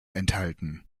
enthalten